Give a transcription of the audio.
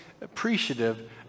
appreciative